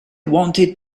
wanted